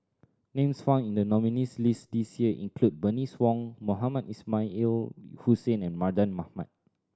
names found in the nominees' list this year include Bernice Wong Mohamed Ismail Hussain and Mardan Mamat